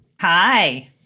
Hi